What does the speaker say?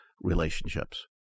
relationships